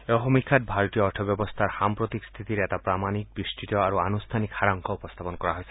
এই সমীক্ষাত ভাৰতীয় অৰ্থ ব্যৱস্থাৰ সাম্প্ৰতিক স্থিতিৰ এটা প্ৰমাণিক বিস্তৃত আৰু আনুষ্ঠানিক সাৰাংশ উপস্থাপন কৰা হৈছে